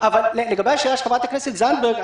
לגבי השאלה של חברת הכנסת זנדברג,